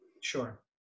Sure